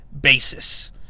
basis